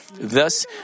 Thus